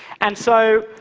and so,